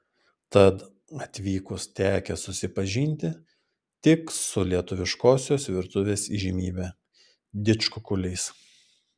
tad atvykus tekę susipažinti tik su lietuviškosios virtuvės įžymybe didžkukuliais